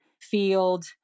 field